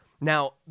Now